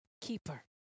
keeper